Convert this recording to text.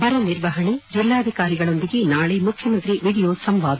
ಬರನಿರ್ವಹಣೆ ಜಿಲ್ಲಾಧಿಕಾರಿಗಳೊಂದಿಗೆ ನಾಳೆ ಮುಖ್ಯಮಂತ್ರಿ ವಿಡಿಯೋ ಸಂವಾದ